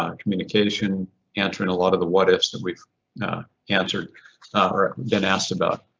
um communication answering a lot of the what ifs that we've answered or been asked about.